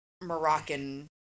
Moroccan